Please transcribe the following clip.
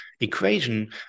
equation